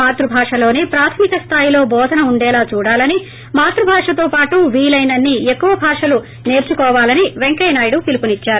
మాతృభాష లోనే ప్రాధమిక స్లాయిలో టోధన ఉండేలా చూడాలని మాతృభాషతో పాటు వీలైనన్ని ఎక్కువ భాషలు సేర్పుకోవాలని వెంకయ్య నాయుడు పిలుపునిచ్చారు